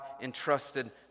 entrusted